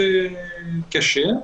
זה קשה.